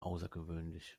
außergewöhnlich